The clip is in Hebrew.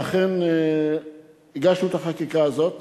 אכן, הגשנו את החקיקה הזאת